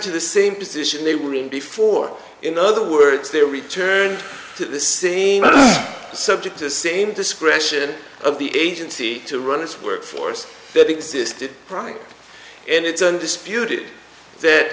to the same position they were in before in other words their return to the same subject to the same discretion of the agency to run its workforce that existed right in it's a disputed